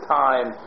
time